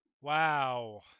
wow